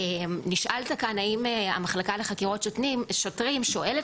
נשאלת כאן האם המחלקה לחקירות שוטרים שואלת